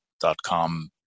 dot-com